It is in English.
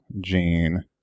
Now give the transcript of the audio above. Jean